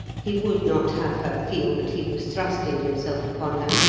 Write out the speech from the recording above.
he would not have her feel that he was thrusting himself upon her,